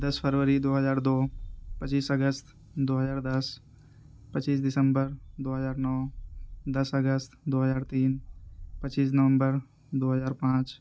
دس فروری دو ہزار دو پچیس اگست دو ہزار دس پچیس دسمبر دو ہزار نو دس اگست دو ہزار تین پچیس نومبر دو ہزار پانچ